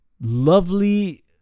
lovely